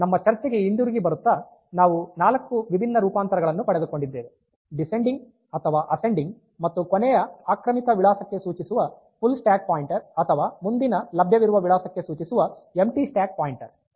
ನಮ್ಮ ಚರ್ಚೆಗೆ ಹಿಂತಿರುಗಿ ಬರುತ್ತಾ ನಾವು 4 ವಿಭಿನ್ನ ರೂಪಾಂತರಗಳನ್ನು ಪಡೆದುಕೊಂಡಿದ್ದೇವೆ ಡಿಸೆಂಡಿಂಗ್ ಅಥವಾ ಅಸೆಂಡಿಂಗ್ ಮತ್ತು ಕೊನೆಯ ಆಕ್ರಮಿತ ವಿಳಾಸಕ್ಕೆ ಸೂಚಿಸುವ ಫುಲ್ ಸ್ಟ್ಯಾಕ್ ಪಾಯಿಂಟರ್ ಅಥವಾ ಮುಂದಿನ ಲಭ್ಯವಿರುವ ವಿಳಾಸಕ್ಕೆ ಸೂಚಿಸುವ ಎಂಪ್ಟಿ ಸ್ಟಾಕ್ ಪಾಯಿಂಟರ್